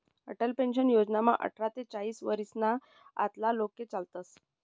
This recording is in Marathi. अटल पेन्शन योजनामा आठरा ते चाईस वरीसना आतला लोके चालतस